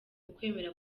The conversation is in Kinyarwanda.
ukwemera